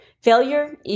Failure